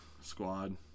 squad